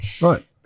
Right